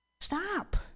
stop